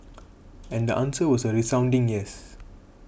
and the answer was a resounding yes